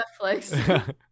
Netflix